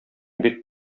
бик